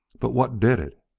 but what did it?